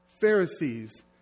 Pharisees